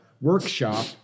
workshop